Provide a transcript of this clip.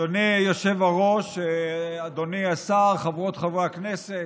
אדוני היושב-ראש, אדוני השר, חברות וחברי הכנסת,